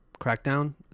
Crackdown